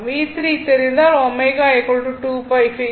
V3 தெரிந்தால் ω2 π f